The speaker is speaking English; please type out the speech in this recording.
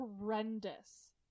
horrendous